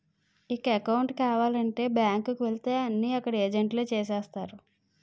ఇక అకౌంటు కావాలంటే బ్యాంకు కు వెళితే అన్నీ అక్కడ ఏజెంట్లే చేస్తారు